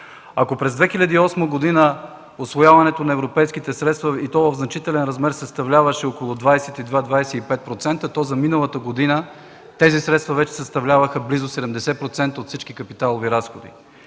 Ако през 2008 г. усвояването на европейските средства, и то в значителен размер, съставляваше около 22-25%, то за миналата година тези средства вече съставляваха близо 70% от всички капиталови разходи.